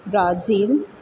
Brazil